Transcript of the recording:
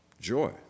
joy